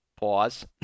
Pause